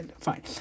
fine